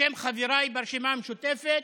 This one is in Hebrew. בשם חבריי ברשימה המשותפת,